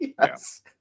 Yes